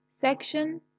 Section